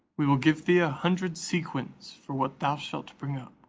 we will give thee a hundred sequins for what thou shalt bring up.